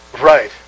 Right